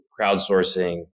crowdsourcing